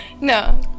no